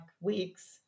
weeks